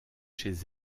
chez